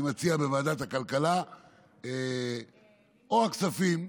אני מציע לוועדת הכלכלה או הכספים.